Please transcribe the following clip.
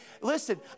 Listen